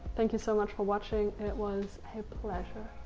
thank you so much for watching. and it was a pleasure.